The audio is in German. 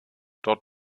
dort